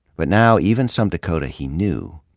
but now, even some dakota he knew,